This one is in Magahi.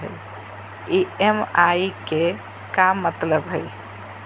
ई.एम.आई के का मतलब हई?